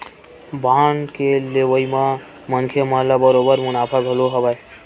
bond के लेवई म मनखे मन ल बरोबर मुनाफा घलो हवय